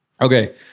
Okay